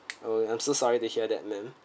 oh I'm so sorry to hear that ma'am